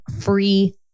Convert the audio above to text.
free